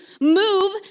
move